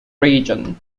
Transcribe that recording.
region